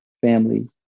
family